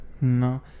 no